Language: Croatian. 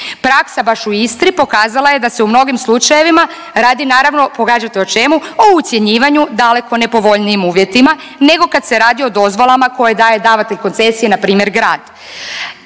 Praksa baš u Istri pokazala je da se u mnogim slučajevima radi, naravno, pogađate o čemu, o ucjenjivanju daleko nepovoljnijim uvjetima nego kad se radi o dozvolama koje daje davatelj koncesije, npr. grad.